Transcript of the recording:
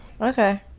Okay